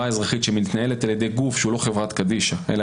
אזרחית שמתנהלת על-ידי גוף שהוא לא חברת קדישא אלא